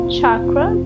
Chakra